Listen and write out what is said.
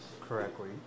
correctly